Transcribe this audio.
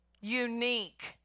unique